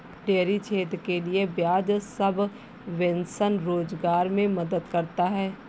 dairy क्षेत्र के लिये ब्याज सबवेंशन रोजगार मे मदद करता है